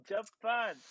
Japan